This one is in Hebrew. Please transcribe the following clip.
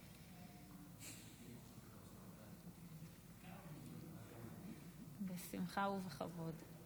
בשמחה ובכבוד.